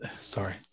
sorry